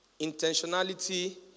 Intentionality